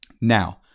Now